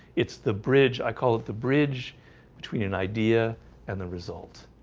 it's the bridge i call it the bridge between an idea and the result